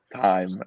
time